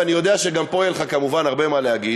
ואני יודע שגם פה יהיה לך כמובן הרבה מה לומר,